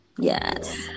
Yes